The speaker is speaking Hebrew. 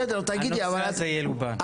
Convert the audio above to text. הנושא הזה ילובן.